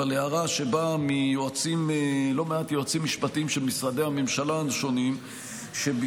אבל הערה שבאה מלא מעט יועצים משפטיים של משרדי הממשלה השונים שביקשו